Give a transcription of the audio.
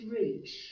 reach